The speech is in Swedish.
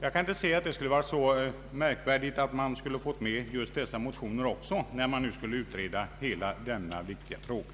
Jag kan inte se något märkvärdigt i att man fått med just dessa motioner också, om man nu skulle utreda hela denna viktiga fråga.